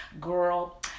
Girl